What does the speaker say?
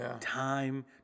time